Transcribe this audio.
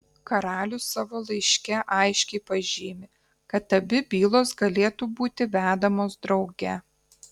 karalius savo laiške aiškiai pažymi kad abi bylos galėtų būti vedamos drauge